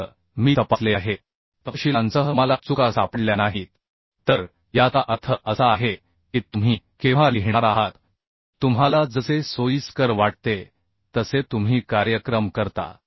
मात्र मी तपासले आहे तपशीलांसह मला चुका सापडल्या नाहीत तर याचा अर्थ असा आहे की तुम्ही केव्हा लिहिणार आहात तुम्हाला जसे सोयीस्कर वाटते तसे तुम्ही कार्यक्रम करता